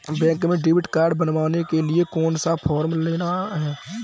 Bank में debit card बनवाने के लिए कौन सा फॉर्म लेना है?